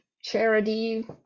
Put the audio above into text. charity